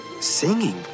singing